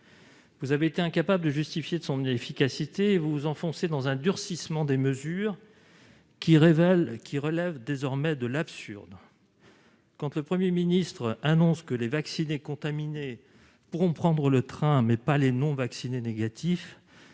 vous avez été incapable de justifier son efficacité et vous vous enfoncez dans un durcissement des mesures, qui relève désormais de l'absurde. Quand le Premier ministre annonce que les vaccinés contaminés pourront prendre le train, mais pas les non-vaccinés négatifs,